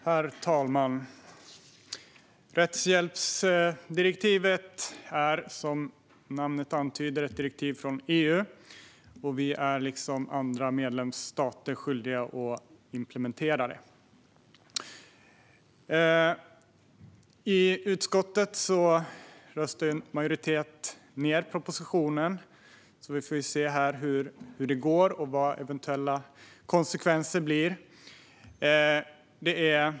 Herr talman! Rättshjälpsdirektivet är som namnet antyder ett direktiv från EU. Vi är, liksom andra medlemsstater, skyldiga att implementera det. I utskottet röstade en majoritet ned propositionen. Vi får se hur det går här och vilka eventuella konsekvenser det blir.